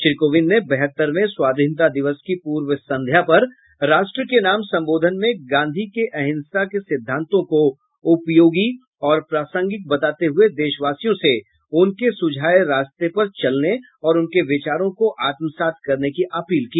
श्री कोविंद ने बहत्तरवें स्वाधीनता दिवस की पूर्व संध्या पर राष्ट्र के नाम सम्बोधन में गांधी के अहिंसा के सिद्धांतों को उपयोगी और प्रासंगिक बताते हुए देशवासियों से उनके सुझाये गये रास्ते पर चलने और उनके विचारों को आत्मसात करने की अपील की